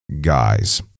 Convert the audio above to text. guys